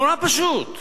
נורא פשוט.